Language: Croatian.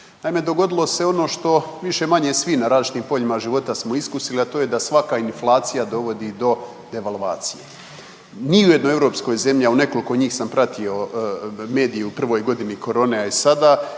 Naime, dogodilo se ono što više-manje svi na različitim poljima života smo iskusili, a to je da svaka inflacija dovodi do devalvacije. Ni u jednoj europskoj zemlji, a u nekoliko njih sam pratio medije u prvoj godini korone, a i sada,